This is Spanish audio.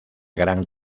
gran